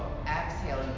Exhale